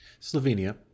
Slovenia